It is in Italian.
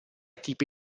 tipi